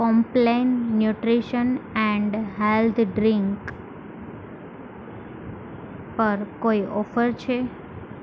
complain nutrition and health drink પર કોઈ offer છે